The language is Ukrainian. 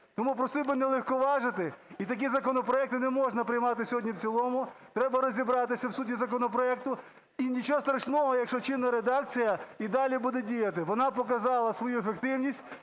Тому просив би не легковажити, і такі законопроекти не можна приймати сьогодні в цілому, треба розібратися в суті законопроекту. І нічого страшного, якщо чинна редакція і далі буде діяти. Вона показала свою ефективність